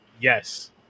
Yes